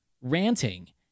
ranting